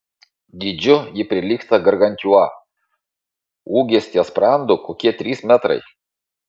dydžiu ji prilygsta gargantiua ūgis ties sprandu kokie trys metrai